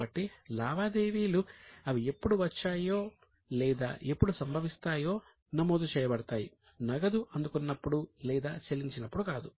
కాబట్టి లావాదేవీలు అవి ఎప్పుడు వచ్చాయో లేదా ఎప్పుడు సంభవిస్తాయో నమోదు చేయబడతాయి నగదు అందుకున్నప్పుడు లేదా చెల్లించినప్పుడు కాదు